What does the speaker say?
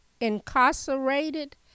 incarcerated